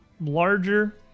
larger